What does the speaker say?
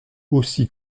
aussi